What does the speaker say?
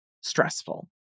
stressful